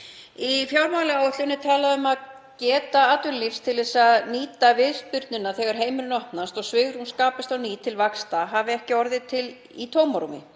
Í fjármálaáætlun er talað um að geta atvinnulífs til að nýta viðspyrnuna þegar heimurinn opnast og svigrúm skapast á ný til vaxtar hafi ekki orðið til í tómarúmi.